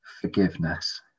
forgiveness